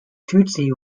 tutsi